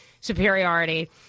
superiority